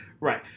Right